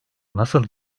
nasıl